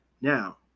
Now